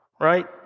right